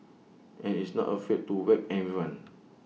and is not afraid to whack everyone